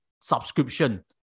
subscription